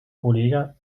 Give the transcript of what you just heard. collega